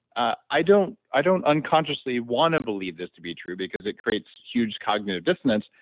i i don't i don't unconsciously want to believe this to be true because it creates huge cognitive dissonance.